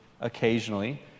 occasionally